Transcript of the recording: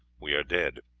we are dead.